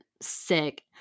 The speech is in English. sick